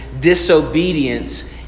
Disobedience